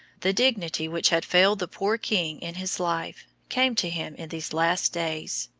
the dignity which had failed the poor king in his life, came to him in these last days.